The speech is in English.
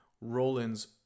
Roland's